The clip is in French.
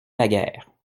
naguère